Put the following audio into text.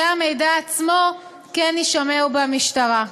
והמידע עצמו כן יישמר במשטרה.